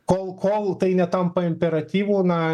kol kol tai netampa imperatyvu na